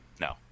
No